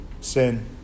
Sin